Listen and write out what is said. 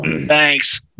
Thanks